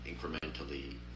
incrementally